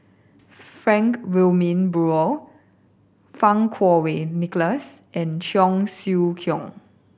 Frank Wilmin Brewer Fang Kuo Wei Nicholas and Cheong Siew Keong